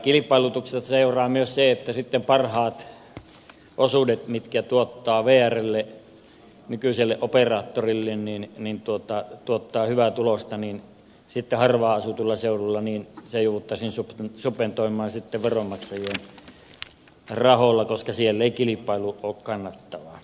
kilpailutuksesta seuraa myös se että kun parhaat osuudet tuottavat vrlle nykyiselle operaattorille hyvää tulosta niin harvaan asutuilla seuduilla jouduttaisiin sitten subventoimaan veronmaksajien rahoilla koska siellä ei kilpailu ole kannattavaa